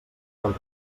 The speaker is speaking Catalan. dels